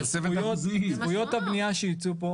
זכויות הבניה שייצאו פה